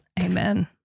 Amen